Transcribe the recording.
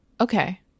Okay